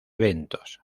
eventos